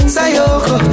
Sayoko